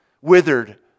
withered